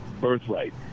birthright